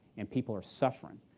and people are suffering.